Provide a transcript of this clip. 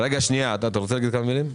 אתה רוצה להגיד כמה מילים?